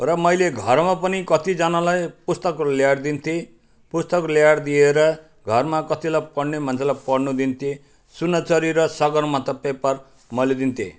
र मैले घरमा पनि कतिजनालाई पुस्तकहरू ल्याएर दिन्थेँ पुस्तक ल्याएर दिएर घरमा कतिलाई पढ्ने मान्छेलाई पढ्नु दिन्थेँ सुनचरी र सगरमाथा पेपर म ल्याइदिन्थेँ